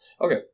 Okay